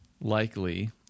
likely